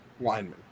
lineman